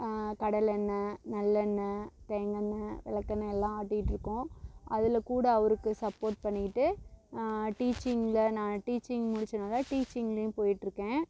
கடலெண்ணெய் நல்லெண்ணெய் தேங்காண்ணெய் வெளக்கெண்ணெய் எல்லாம் ஆட்டிகிட்டு இருக்கோம் அதில் கூட அவருக்கு சப்போர்ட் பண்ணிகிட்டு டீச்சிங்க்கில் நான் டீச்சிங் முடிச்சதனால டீச்சிங்க்லையும் போயிகிட்டு இருக்கேன்